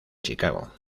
chicago